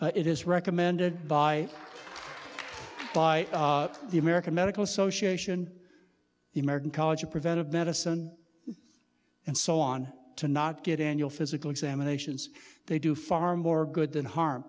it is recommended by by the american medical association the american college of preventive medicine and so on to not get annual physical examinations they do far more good than harm